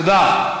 תודה.